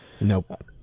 Nope